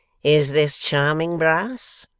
is this charming, brass?